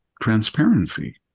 transparency